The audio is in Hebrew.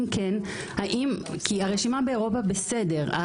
אם כן, הרשימה באירופה בסדר.